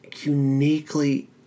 uniquely